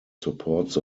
supports